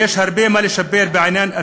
ויש הרבה מה לשפר בעניין,